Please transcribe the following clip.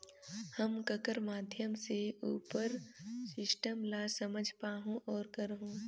हम ककर माध्यम से उपर सिस्टम ला समझ पाहुं और करहूं?